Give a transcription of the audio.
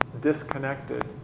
disconnected